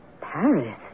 Paris